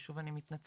ושוב אני מתנצלת,